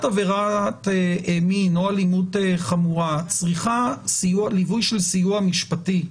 עבירת מין או אלימות חמורה צריכה ליווי של סיוע משפטי,